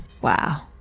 Wow